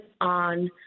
on